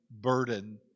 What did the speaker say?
burden